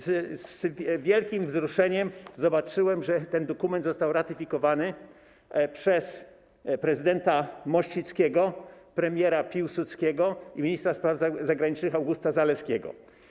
Z wielkim wzruszeniem zobaczyłem, że ten dokument został ratyfikowany przez prezydenta Mościckiego, premiera Piłsudskiego i ministra spraw zagranicznych Augusta Zaleskiego.